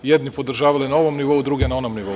Jedni podržavali na ovom nivou, druge na onom nivou.